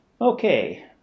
Okay